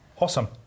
Awesome